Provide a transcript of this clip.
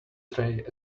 tray